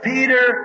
Peter